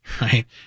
right